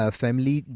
family